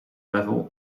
level